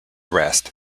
rest